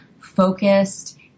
focused